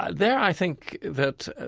there, i think that,